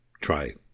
try